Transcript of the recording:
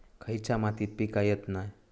खयच्या मातीत पीक येत नाय?